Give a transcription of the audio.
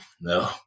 No